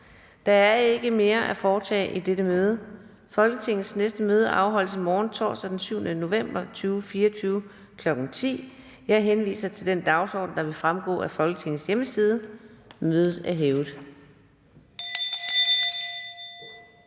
Der er ikke mere at foretage i dette møde. Folketingets næste møde afholdes i morgen, torsdag den 7. november 2024, kl. 10.00. Jeg henviser til den dagsorden, der vil fremgå af Folketingets hjemmeside. Mødet er hævet.